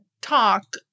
talk